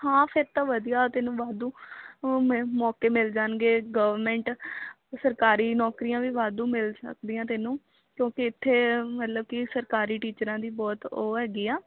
ਹਾਂ ਫਿਰ ਤਾਂ ਵਧੀਆ ਤੈਨੂੰ ਵਾਧੂ ਮੇ ਮੌਕੇ ਮਿਲ ਜਾਣਗੇ ਗਵਰਨਮੈਂਟ ਸਰਕਾਰੀ ਨੌਕਰੀਆਂ ਵੀ ਵਾਧੂ ਮਿਲ ਸਕਦੀਆਂ ਤੈਨੂੰ ਕਿਉਂਕਿ ਇੱਥੇ ਮਤਲਬ ਕਿ ਸਰਕਾਰੀ ਟੀਚਰਾਂ ਦੀ ਬਹੁਤ ਉਹ ਹੈਗੀ ਆ